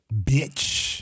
bitch